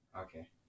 Okay